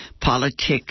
politics